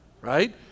right